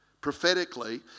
prophetically